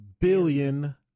billion